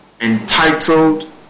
entitled